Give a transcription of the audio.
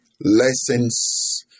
lessons